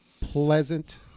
pleasant